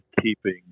keeping